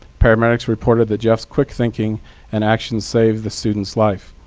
paramedics reported that jeff's quick thinking and actions saved the student's life.